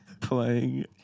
playing